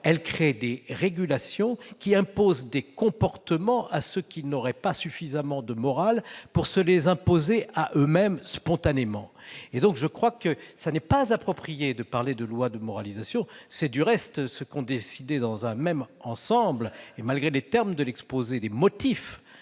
instaure des régulations qui imposent des comportements à ceux qui n'auraient pas suffisamment de morale pour se les imposer eux-mêmes spontanément. À mon sens, il n'est donc pas approprié de parler de loi de moralisation. C'est du reste ce qu'ont décidé dans un même ensemble le Président de la République,